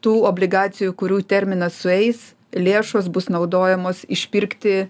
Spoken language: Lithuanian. tų obligacijų kurių terminas sueis lėšos bus naudojamos išpirkti